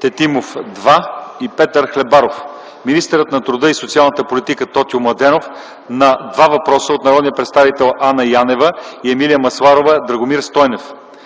Тетимов – два въпроса, и Петър Хлебаров; - министърът на труда и социалната политика Тотю Младенов на два въпроса от народните представители Анна Янева; Емилия Масларова и Драгомир Стойнев;